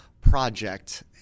project